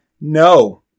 No